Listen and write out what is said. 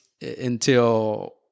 until-